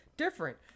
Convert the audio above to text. Different